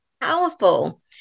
powerful